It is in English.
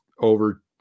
over